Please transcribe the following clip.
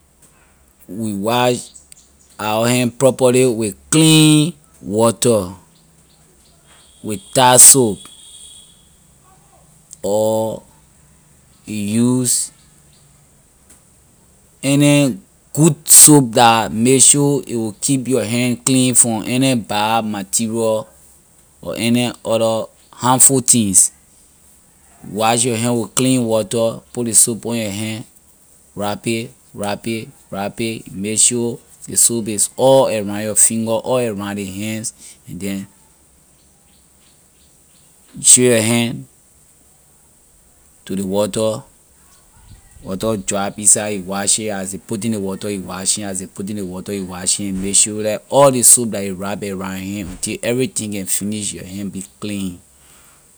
We wash our hand properly with clean water with tie soap or you use and good soap dah make sure a will keep your clean from any bad material or any other harmful things. wash your hand with clean water put ley soap on your hand rap it rap it rap it make sure the soap is all around your finger all round ley hands and then show your hand to ley water, water drop inside it you wash it as ley putting ley water you washing as ley putting ley water you washing and make sure leh all ley soap that you rap around your hand until everything can finish your hand be clean.